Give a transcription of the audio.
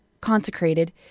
consecrated